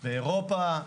באירופה.